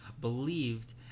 believed